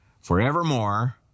forevermore